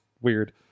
weird